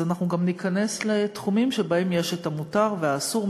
אז אנחנו גם ניכנס לתחומים שבהם יש את המותר והאסור,